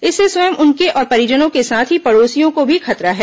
इससे स्वयं उनके और परिजनों के साथ ही पड़ोसियों को भी खतरा है